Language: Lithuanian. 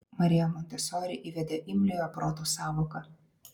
marija montesori įvedė imliojo proto sąvoką